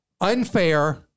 unfair